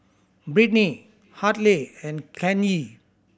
Brittni Hartley and Kanye